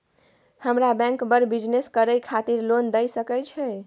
हमरा बैंक बर बिजनेस करे खातिर लोन दय सके छै?